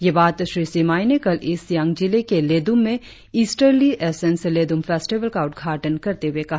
ये बात श्री सिमाइ ने कल ईस्ट सियांग जिलें के लेड्रम में इस्टर्ली एसेंस लेड्रम फेस्टिवल का उद्घाटन करते हुए कहा